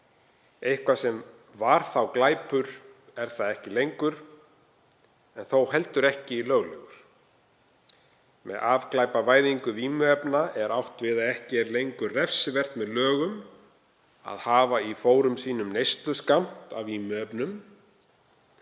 Eitthvað sem var þá glæpur er það ekki lengur en er þó heldur ekki löglegt. Með afglæpavæðingu vímuefna er átt við að ekki er lengur refsivert með lögum að hafa í fórum sínum neysluskammta af vímuefnum,